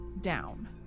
down